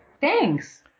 Thanks